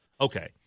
okay